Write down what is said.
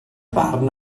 barn